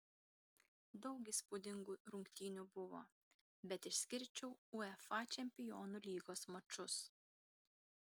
daug įspūdingų rungtynių buvo bet išskirčiau uefa čempionų lygos mačus